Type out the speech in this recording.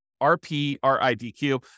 R-P-R-I-D-Q